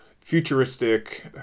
futuristic